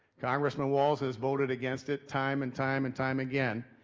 congressman walz has voted against it time and time and time again.